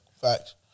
facts